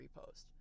repost